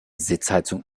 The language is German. sitzheizung